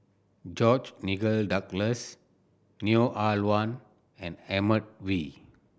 George Nigel Douglas Hamilton Neo Ah Luan and Edmund Wee